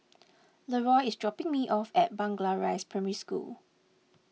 Leroy is dropping me off at Blangah Rise Primary School